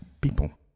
people